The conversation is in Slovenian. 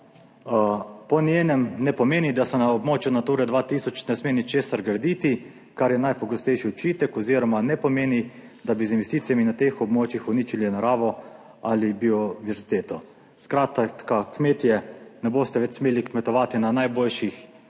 po njenem ne pomeni, da se na območju Natura 2000 ne sme ničesar graditi, kar je najpogostejši očitek oziroma ne pomeni, da bi z investicijami na teh območjih uničili naravo ali biodiverziteto. Skratka, kmetje ne boste več smeli kmetovati na najboljših kmetijskih